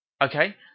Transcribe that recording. Okay